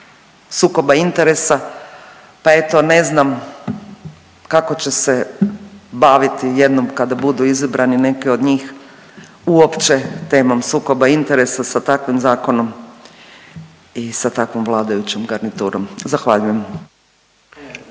sukoba interesa, pa eto ne znam kako će se baviti jednom kada budu izabrani neki od njih uopće temom sukoba interesa sa takvim zakonom i sa takvom vladajućom garniturom, zahvaljujem.